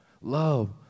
Love